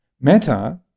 Meta